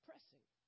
Pressing